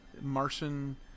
Martian